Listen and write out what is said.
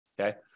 Okay